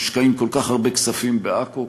מושקעים כל כך הרבה כספים בעכו,